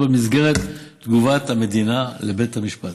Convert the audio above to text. בה במסגרת תגובת המדינה לבית המשפט.